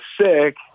sick